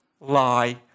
lie